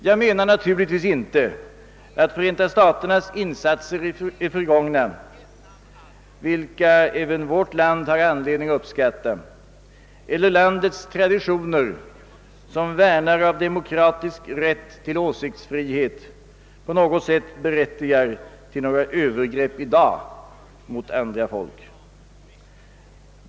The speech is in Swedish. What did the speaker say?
Jag menar naturligtvis inte att Förenta staternas insatser i det förgångna, vilka även vårt land har anledning uppskatta, eller landets traditioner som värnare av demokratisk rätt till åsiktsfrihet på något sätt berättigar till övergrepp i dag mot andra folk.